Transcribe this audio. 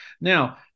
Now